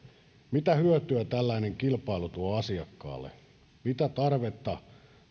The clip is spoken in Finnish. mitä hyötyä tällainen kilpailu tuo asiakkaalle mitään tarvetta